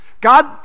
God